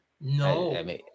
No